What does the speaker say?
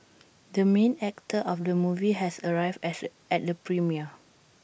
the main actor of the movie has arrived at the at the premiere